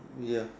ya